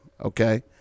Okay